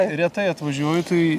retai atvažiuoju tai